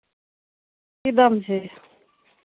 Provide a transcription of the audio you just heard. की दाम छै